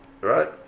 right